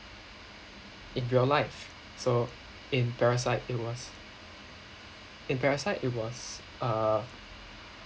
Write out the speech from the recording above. in your life so in parasite it was in parasite it was uh